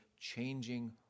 changing